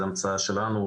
זאת המצאה שלנו,